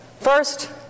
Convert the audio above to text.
first